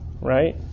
right